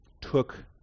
took